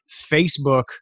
Facebook